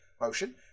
motion